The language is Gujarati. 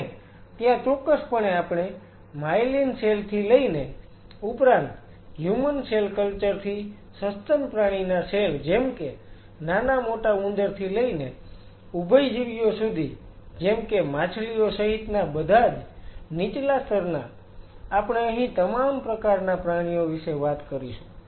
અને ત્યાં ચોક્કસપણે આપણે માયેલિન સેલ થી લઈને ઉપરાંત હ્યુમન સેલ કલ્ચર થી સસ્તન પ્રાણીના સેલ જેમ કે નાના મોટા ઉંદરથી લઈને ઉભયજીવીઓ સુધી જેમ કે માછલીઓ સહિતના બધાજ નીચલા સ્તરના આપણે અહી તમામ પ્રકારના પ્રાણીઓ વિશે વાત કરીશું